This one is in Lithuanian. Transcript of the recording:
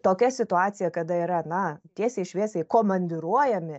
tokia situacija kada yra na tiesiai šviesiai komandiruojami